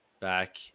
back